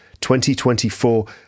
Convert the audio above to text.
2024